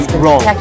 wrong